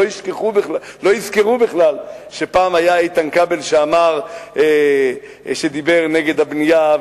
לא יזכרו בכלל שפעם היה איתן כבל שדיבר נגד הבנייה,